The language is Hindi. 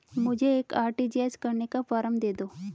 मुझे एक आर.टी.जी.एस करने का फारम दे दो?